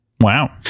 wow